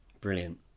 brilliant